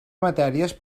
matèries